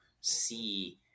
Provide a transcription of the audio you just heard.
see